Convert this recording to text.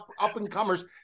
up-and-comers